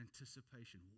anticipation